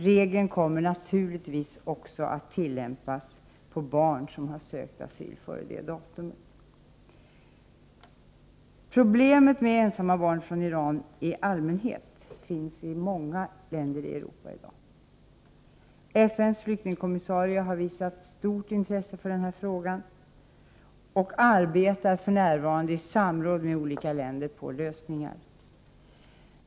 Regeln kommer naturligtvis också att tillämpas på barn som sökt asyl före det datumet. Problemet med ensamma barn från Iran i allmänhet finns i många länder i Europa. FN:s flyktingkommissarie har visat stort intresse för frågan och arbetar för närvarande i samråd med olika länder på lösningar.